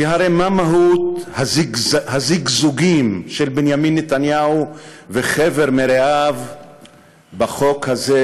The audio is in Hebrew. כי הרי מה מהות הזגזוגים של בנימין נתניהו וחבר מרעיו בחוק הזה,